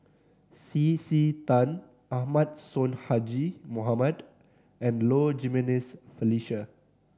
C C Tan Ahmad Sonhadji Mohamad and Low Jimenez Felicia